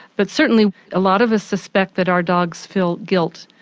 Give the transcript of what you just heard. but certainly a lot of us suspect that our dogs feel guilt,